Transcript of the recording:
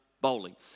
Bowling